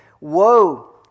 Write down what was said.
woe